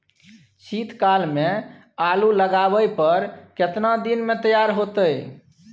शीत काल में आलू लगाबय पर केतना दीन में तैयार होतै?